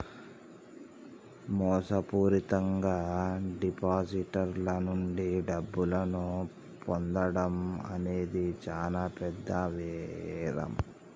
మోసపూరితంగా డిపాజిటర్ల నుండి డబ్బును పొందడం అనేది చానా పెద్ద నేరం